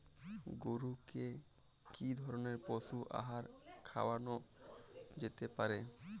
গরু কে কি ধরনের পশু আহার খাওয়ানো যেতে পারে?